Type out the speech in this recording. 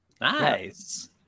Nice